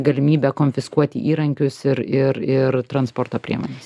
galimybę konfiskuoti įrankius ir ir ir transporto priemones